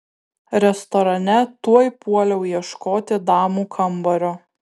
restorane tuoj puoliau ieškoti damų kambario